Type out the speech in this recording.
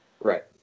Right